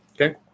okay